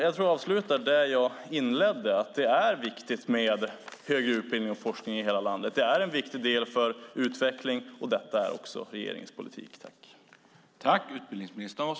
Jag avslutar där jag inledde: Det är viktigt med högre utbildning och forskning i hela landet. Det är viktigt för utvecklingen, och detta är också regeringens politik.